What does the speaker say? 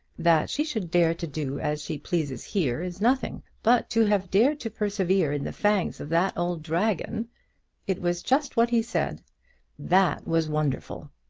that she should dare to do as she pleases here, is nothing but to have dared to persevere in the fangs of that old dragon it was just what he said that was wonderful